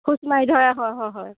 খোচ মাৰি ধৰে হয় হয় হয়